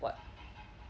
what